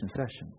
session